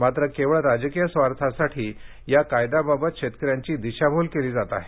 मात्र केवळ राजकीय स्वार्थासाठी या कायद्याबाबत शेतकऱ्यांची दिशाभूल केली जात आहे